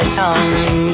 tongue